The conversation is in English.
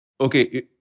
Okay